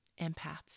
empaths